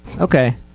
okay